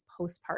postpartum